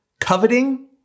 coveting